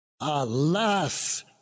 Alas